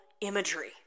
imagery